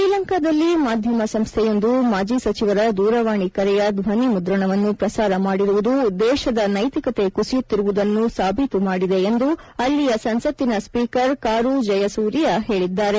ಶ್ರೀಲಂಕಾದಲ್ಲಿ ಮಾದ್ಯಮ ಸಂಸ್ಥೆಯೊಂದು ಮಾಜಿ ಸಚಿವರ ದೂರವಾಣಿ ಕರೆಯ ಧ್ಯನಿ ಮುದ್ರಣವನ್ನು ಪ್ರಸಾರ ಮಾಡಿರುವುದು ದೇಶದ ನೈತಿಕತೆ ಕುಸಿಯುತ್ತಿರುವುದನ್ನು ಸಾಬೀತು ಮಾಡಿದೆ ಎಂದು ಅಲ್ಲಿಯ ಸಂಸತ್ತಿನ ಸ್ವೀಕರ್ ಕಾರು ಜಯಸೂರಿಯ ಹೇಳಿದ್ದಾರೆ